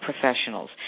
professionals